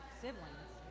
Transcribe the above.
siblings